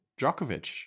Djokovic